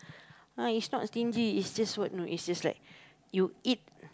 ah is not stingy is just what you know is just like you eat